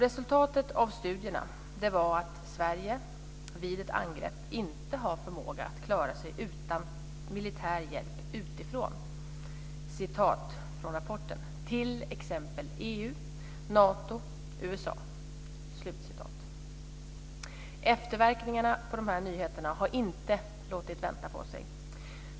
Resultatet av studierna var att Sverige vid ett angrepp inte har förmåga att klara sig utan militär hjälp utifrån. Det gäller - jag citerar från rapporten: Efterverkningarna av de här nyheterna har inte låtit vänta på sig.